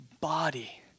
body